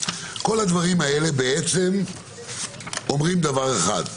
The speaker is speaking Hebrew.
כל הדברים האלה אומרים דבר אחד: